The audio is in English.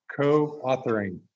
co-authoring